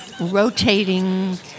rotating